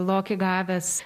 lokį gavęs